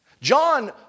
John